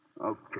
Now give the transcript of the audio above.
Okay